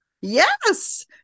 Yes